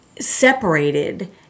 separated